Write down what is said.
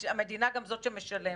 המדינה גם זאת שמשלמת.